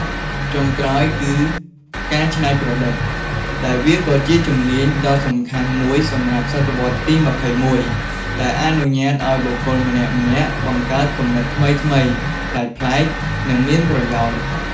ចុងក្រោយគឺការច្នៃប្រឌិត ដែលវាក៏ជាជំនាញដ៏សំខាន់មួយសម្រាប់សតវត្សរ៍ទី២១ ដែលអនុញ្ញាតឱ្យបុគ្គលម្នាក់ៗ បង្កើតគំនិតថ្មីៗ ប្លែកៗ និងមានប្រយោជន៍។